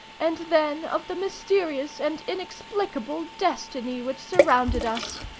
and then of the mysterious and inexplicable destiny which surrounded us.